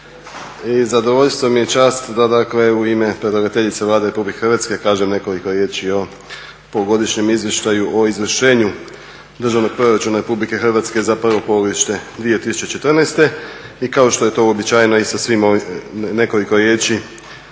I zadovoljstvo mi je i čast da dakle u ime predlagateljice Vlade Republike Hrvatske kažem nekoliko riječi o Polugodišnjem izvještaju o izvršenju Državnog proračuna Republike Hrvatske za prvo polugodište 2014.. I kao što je to uobičajeno i sa svim ovim, nekoliko riječi